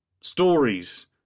Stories